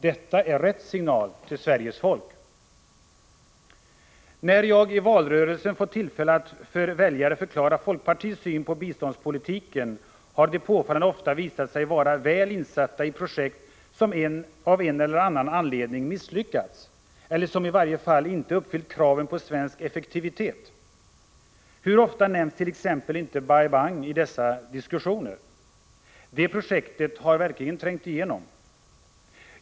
Detta är rätt signal till Sveriges folk. När jag i valrörelsen fått tillfälle att för väljare förklara folkpartiets syn på biståndspolitiken har de påfallande ofta visat sig vara väl insatta i projekt som av en eller annan anledning misslyckats eller som i varje fall inte uppfyllt kraven på svensk effektivitet. Hur ofta nämns t.ex. inte Bai-Bang i dessa diskussioner? Det projektet har verkligen trängt igenom.